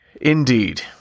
Indeed